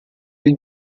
nel